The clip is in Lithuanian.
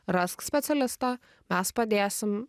rask specialistą mes padėsim